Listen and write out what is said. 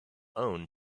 own